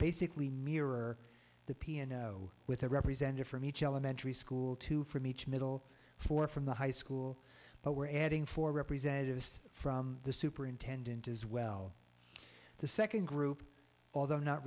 basically mirror the piano with a representative from each elementary school two from each middle four from the high school but we're adding four representatives from the superintendent as well the second group although not